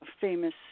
famous